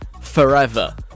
forever